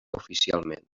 oficialment